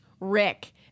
Rick